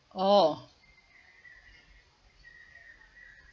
oh